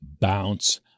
Bounce